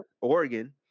Oregon